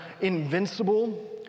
invincible